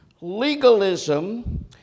Legalism